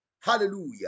Hallelujah